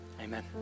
Amen